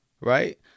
right